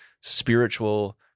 spiritual